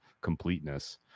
completeness